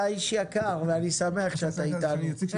אתה איש יקר ואני שמח שאתה אתנו.